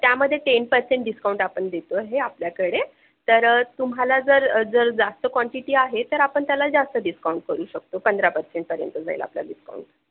त्यामध्ये ten percent discount आपण देतो आहे आपल्याकडे तर तुम्हाला जर जर जास्त क्वांटिटी आहे तर आपण त्याला जास्त डिस्काउंट करू शकतो पंधरा पर्सेंटपर्यंत जाईल आपलं डिस्काउंट